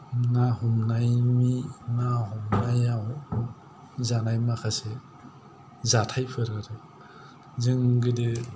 ना हमनायनि ना हमनायाव जानाय माखासे जाथायफोर जों गोदो